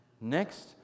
Next